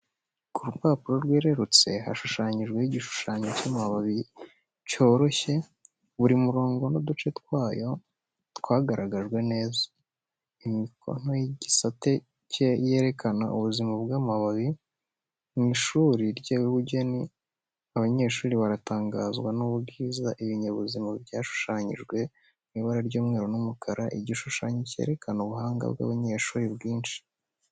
Ku rupapuro rwerurutse, hashushanyijwe igishushanyo cy’amababi cyoroshye, buri murongo n’uduce twayo twagaragajwe neza. Imikono y’igisate yerekana ubuzima bw’amababi. Mu ishuri ry’ubugeni, abanyeshuri baratangazwa n’ubwiza bw’ibinyabuzima byashushanyijwe mu ibara ry’umweru n'umukara, igishushanyo cyerekana ubuhanga bw'abanyeshuri bwinshi.